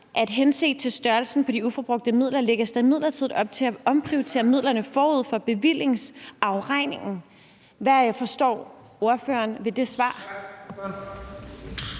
at »henset til størrelsen på de uforbrugte midler lægges der imidlertid op til at omprioritere midlerne forud for bevillingsafregningen«. Hvad forstår ordføreren ved det svar?